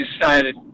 decided